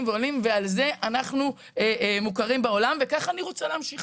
ועל זה אנחנו מוכרים בעולם וכך אני רוצה להמשיך.